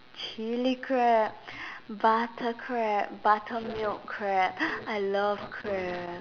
Chili crab butter crab buttermilk crab I love crab